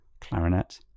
Clarinet